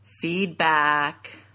Feedback